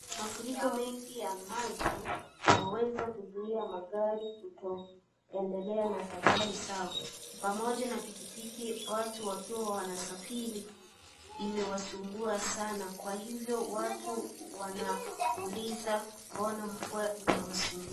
Mafuriko mengi ya maji yameweza kuzia magari kutoendelea na safari zao. Pamoja na pikipiki watu wakiwa wanasafiri imewasumbua sana kwa hivyo watu wanauliza mbona mvua inawasumbua.